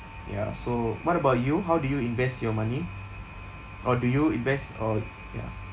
ya so what about you how do you invest your money or do you invest or ya